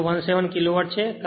017 kilowatt છે